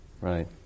Right